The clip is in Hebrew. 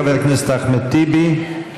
חבר הכנסת אחמד טיבי.